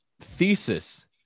thesis